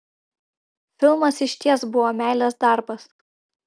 filmas išties buvo meilės darbas